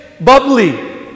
bubbly